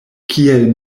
kiel